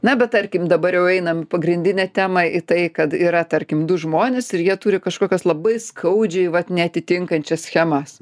na bet tarkim dabar jau einam į pagrindinę temą į tai kad yra tarkim du žmonės ir jie turi kažkokias labai skaudžiai vat neatitinkančias schemas